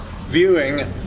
viewing